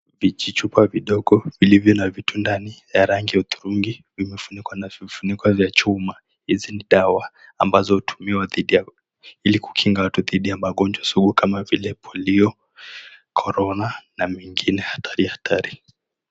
Vijichupa vidogo vilivyo na vitu ndani ya rangi ya udhurungi vimefunikwa na vifuniko vya chuma. Hizi ni dawa ambazo hutumiwa dhidhi ya ili kukinga watu dhidhi ya magonjwa sugu kama vile polio, korona na mengine hatari hatari.